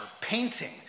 painting